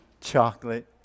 chocolate